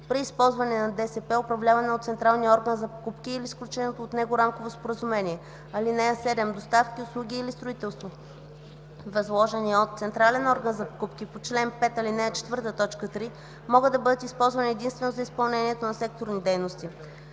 при използване на ДСП, управлявана от централния орган за покупки, или на сключеното от него рамково споразумение. (7) Доставки, услуги или строителство, възложени от централен орган за покупки по чл. 5, ал. 4, т. 3, могат да бъдат използвани единствено за изпълнението на секторни дейности.”